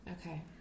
Okay